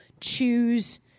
choose